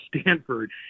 Stanford